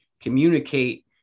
communicate